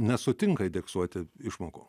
nesutinka ideksuoti išmokų